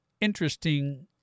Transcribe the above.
Interesting